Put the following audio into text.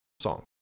song